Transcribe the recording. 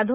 धो